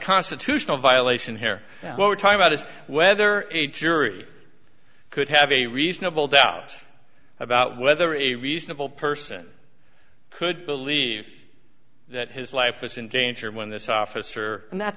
constitutional violation here what we're talking about is whether a jury could have a reasonable doubt about whether a reasonable person could believe that his life is in danger when this office